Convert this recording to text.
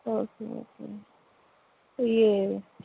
okay okay یہ